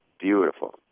beautiful